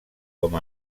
com